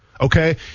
okay